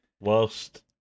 whilst